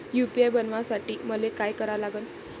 UPI बनवासाठी मले काय करा लागन?